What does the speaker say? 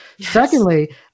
secondly